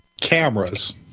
cameras